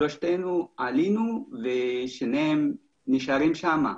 שלוש משפחות עלינו ושתיים נשארו שם.